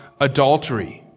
adultery